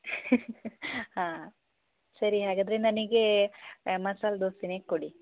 ಹಾಂ ಸರಿ ಹಾಗಾದರೆ ನನಗೆ ಮಸಾಲೆ ದೋಸೆನೇ ಕೊಡಿ